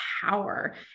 power